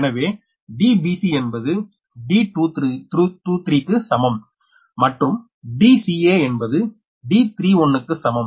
எனவே Dbc என்பது D23 க்கு சமம் மற்றும் Dca என்பது D31 க்கு சமம்